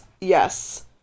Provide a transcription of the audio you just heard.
Yes